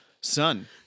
son